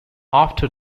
after